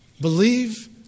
Believe